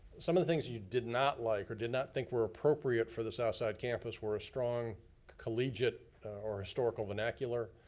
some of the things you did not like or did not think were appropriate for the southside campus were a strong collegiate or historical vernacular.